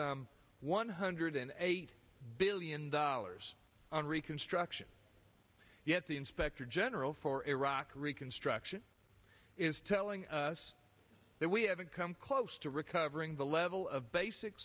budgeted one hundred eight billion dollars on reconstruction yet the inspector general for iraq reconstruction is telling us that we haven't come close to recovering the level of basic